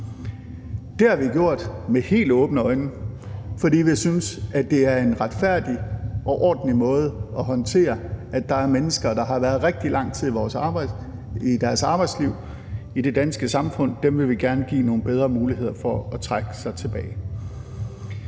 Det har vi gjort med helt åbne øjne, fordi vi synes, det er en retfærdig og ordentlig måde at håndtere, at der er mennesker, der har været rigtig lang tid i deres arbejdsliv i det danske samfund, som vi gerne vil give bedre muligheder for at trække sig tilbage.